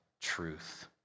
truth